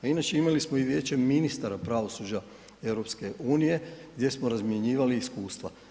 A inače, imali smo i vijeće ministara pravosuđa EU gdje smo razmjenjivali iskustva.